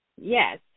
yes